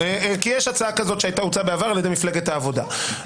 יש הצעה כזאת שהוצעה בעבר על ידי מפלגת העבודה.